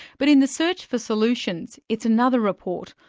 but in the search for solutions, it's another report,